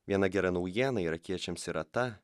viena gera naujiena irakiečiams yra ta